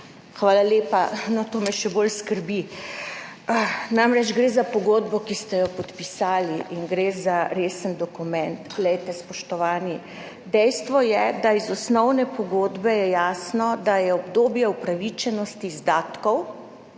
Hvala lepa. No, to me še bolj skrbi. Namreč, gre za pogodbo, ki ste jo podpisali, in gre za resen dokument. Spoštovani, dejstvo je, da je iz osnovne pogodbe jasno, da je obdobje upravičenosti izdatkov